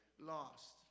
lost